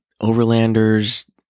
overlanders